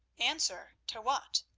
answer? to what?